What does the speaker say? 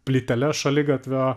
plyteles šaligatvio